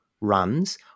runs